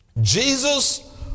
Jesus